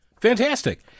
Fantastic